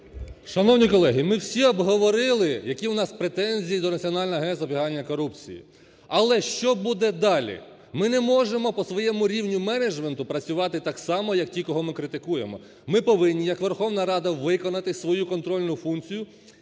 Шановні колеги, ми всі обговорили, які у нас претензії до Національного агентства з запобігання корупції. Але, що буде далі? Ми не можемо по своєму рівню менеджменту працювати так само як ті кого ми критикуємо. Ми повинні як Верховна Рада виконати свою контрольну функцію